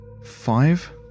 five